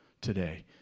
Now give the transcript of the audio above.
today